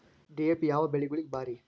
DAP ಯಾವ ಬೆಳಿಗೊಳಿಗ ಭಾರಿ?